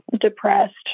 depressed